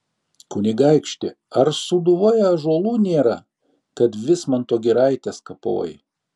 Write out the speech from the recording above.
kunigaikšti ar sūduvoje ąžuolų nėra kad vismanto giraites kapoji